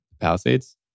Palisades